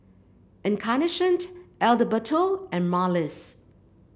Encarnacion Adalberto and Marlys